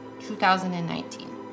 2019